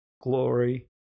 glory